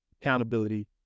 accountability